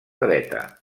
dreta